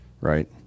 right